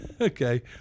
okay